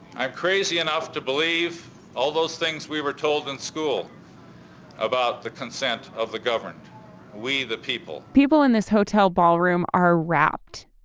i'm crazy enough to believe all those things we were told in school about the consent of the governed we the people people in this hotel ballroom are rapt,